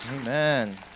Amen